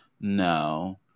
no